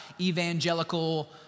evangelical